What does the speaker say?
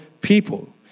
people